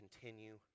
continue